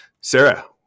Sarah